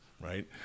right